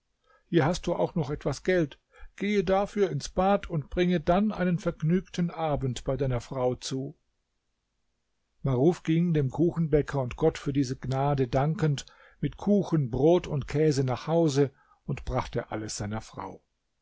hier hast du auch noch etwas geld gehe dafür ins bad und bringe dann einen vergnügten abend bei deiner frau zu maruf ging dem kuchenbäcker und gott für diese gnade dankend mit kuchen brot und käse nach hause und brachte alles seiner frau